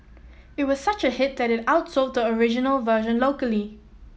it was such a hit that it outsold the original version locally